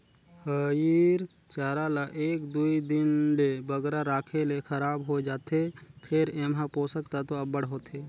हयिर चारा ल एक दुई दिन ले बगरा राखे ले खराब होए जाथे फेर एम्हां पोसक तत्व अब्बड़ होथे